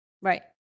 Right